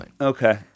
okay